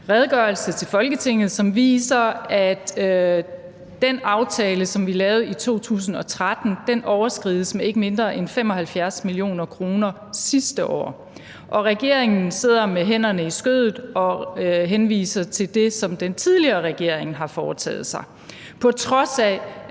redegørelse til Folketinget, som viser, at den aftale, som vi lavede i 2013, blev overskredet med ikke mindre end 75 mio. kr. sidste år. Og regeringen sidder med hænderne i skødet og henviser til det, som den tidligere regering har foretaget sig, på trods af